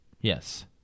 yes